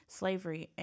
slavery